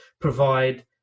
provide